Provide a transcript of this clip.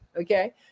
Okay